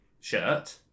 shirt